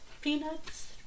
Peanuts